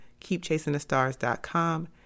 keepchasingthestars.com